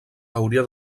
hauria